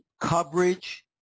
coverage